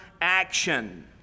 action